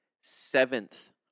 seventh